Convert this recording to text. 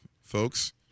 folks